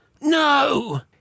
No